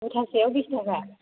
मुथासेयाव बिस थाखा